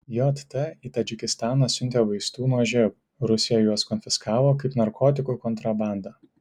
jt į tadžikistaną siuntė vaistų nuo živ rusija juos konfiskavo kaip narkotikų kontrabandą